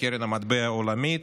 לקרן המטבע הבין-לאומית.